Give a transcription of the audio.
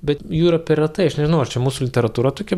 bet jų yra per retai nežinau ar čia mūsų literatūra tokia